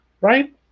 right